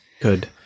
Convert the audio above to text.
Good